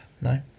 No